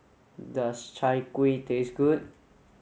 does Chai Kueh taste good